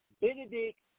Benedict